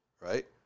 right